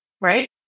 right